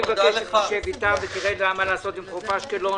אני מבקש שתשב אתם ותראה מה ניתן לעשות עם חוף אשקלון.